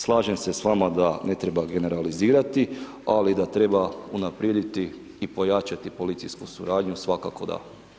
Slažem se s vama da ne treba generalizirati ali da treba unaprijediti i pojačati policijsku suradnju svakako da.